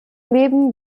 leben